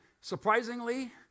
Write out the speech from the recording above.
surprisingly